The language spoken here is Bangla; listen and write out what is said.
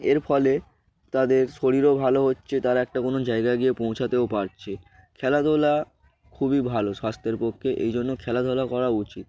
এর ফলে তাদের শরীরও ভালো হচ্ছে তারা একটা কোনো জায়গায় গিয়ে পৌঁছাতেও পারছে খেলাধুলা খুবই ভালো স্বাস্থ্যের পক্ষে এই জন্য খেলাধুলা করা উচিত